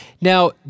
Now